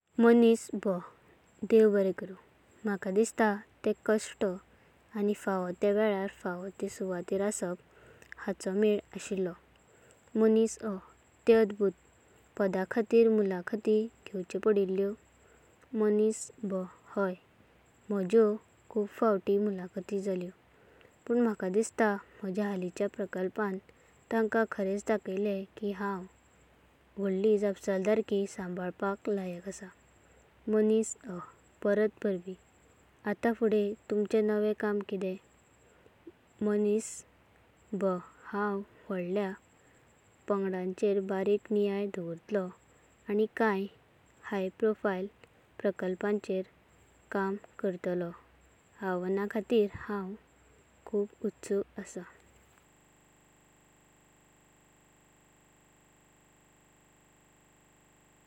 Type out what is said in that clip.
मणिसा बा देवा बरे करु! म्हाका दिसाता ते कष्ट आनी फांव तेया वेळार फांव ते सुवातेरा असापा हांचो मेला आशिल्लो। मणिसा आ ते अद्भुत। पाडा खातीर मुलाखाती घेवाचो पडिलें कशे? मणिसा बा हाय, मझय खूब फावती मुलाखाती झालो। पण म्हाका दिसता म्हज्या हालिन्च्या प्रकल्पाना तांका खरेंच दाखयलें की हांव वाढाळी जापासलदारकी संभालपाक लायक असां। मणिसा आ परात्म पराबिना! आता पुढें तुमच्या नावें काम कितें? मणिसा बा हांव वाढल्या पांगडाचेर न्हियाळा दावरातलो आनी कन्या हाय-प्रोफाइल प्रकल्पांचीरा काम करतलो। आव्हान खातीर हांव उत्सुक आसा!